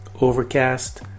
Overcast